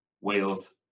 Wales